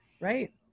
Right